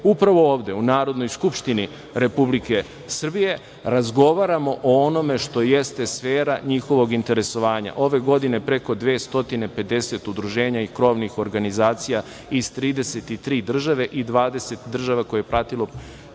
upravo ovde u Narodnoj skupštini Republike Srbije, razgovaramo o onome što jeste sfera njihovog interesovanja. Ove godine preko 250 udruženja i krovnih organizacija iz 33 države i 20 država koje je pratilo